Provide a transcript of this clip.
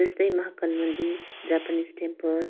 जस्तै महाकाल मन्दिर Japanese temple